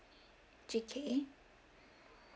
J K